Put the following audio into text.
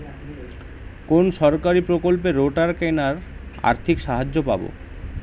কোন সরকারী প্রকল্পে রোটার কেনার আর্থিক সাহায্য পাব?